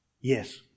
Yes